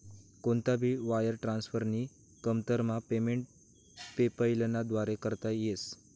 कोणता भी वायर ट्रान्सफरनी कमतरतामा पेमेंट पेपैलना व्दारे करता येस